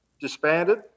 disbanded